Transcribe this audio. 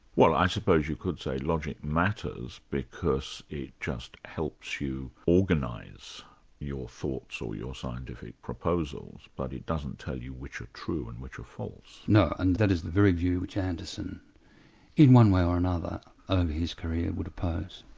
well i suppose you could say logic matters because it just helps you organise your thoughts or your scientific proposals, but it doesn't tell you which are true and which are false. no, and that is the very view which anderson in one way or another over um his career would oppose.